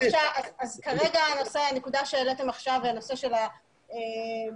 כרגע הנקודה שהעליתם עכשיו היא נושא ה-GPS,